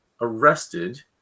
arrested